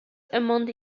among